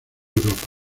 europa